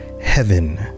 heaven